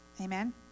Amen